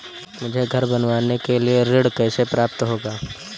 मुझे घर बनवाने के लिए ऋण कैसे प्राप्त होगा?